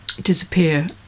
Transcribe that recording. disappear